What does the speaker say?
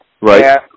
Right